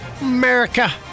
America